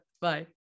Bye